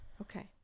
Okay